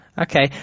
Okay